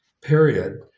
period